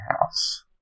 house